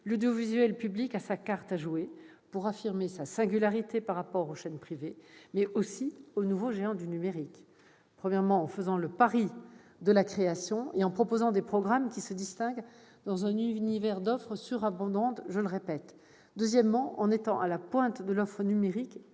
l'audiovisuel public a sa carte à jouer pour affirmer sa singularité par rapport non seulement aux chaînes privées, mais aussi aux nouveaux géants du numérique. Premièrement, il doit faire le pari de la création et proposer des programmes qui se distinguent dans un univers d'offre surabondante. Deuxièmement, il doit être à la pointe de l'offre numérique